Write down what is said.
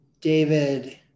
David